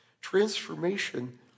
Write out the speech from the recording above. Transformation